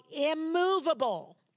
immovable